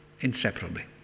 Inseparably